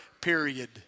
period